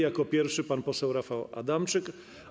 Jako pierwszy pan poseł Rafał Adamczyk.